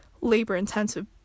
labor-intensive